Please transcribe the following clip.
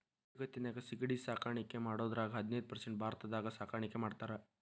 ಜಗತ್ತಿನ್ಯಾಗ ಸಿಗಡಿ ಸಾಕಾಣಿಕೆ ಮಾಡೋದ್ರಾಗ ಹದಿನೈದ್ ಪರ್ಸೆಂಟ್ ಭಾರತದಾಗ ಸಾಕಾಣಿಕೆ ಮಾಡ್ತಾರ